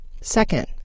Second